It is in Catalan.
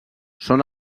són